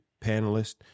panelists